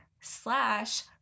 slash